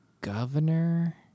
governor